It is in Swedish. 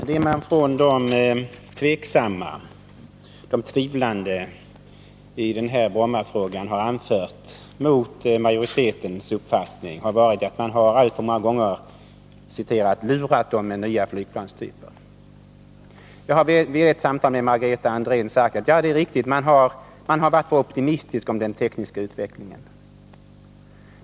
Herr talman! Vad de tveksamma och tvivlande i Brommafrågan har anfört mot majoritetens uppfattning har varit att man alltför många gånger har ”lurat” dem med nya flygplanstyper. Jag har vid ett samtal med Margareta Andrén sagt att det är riktigt. Man har varit för optimistisk i fråga om den tekniska utvecklingen.